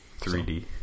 3D